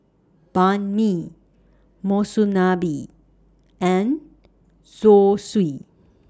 Banh MI Monsunabe and Zosui